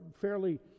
fairly